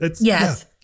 Yes